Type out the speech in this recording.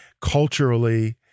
culturally